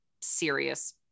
serious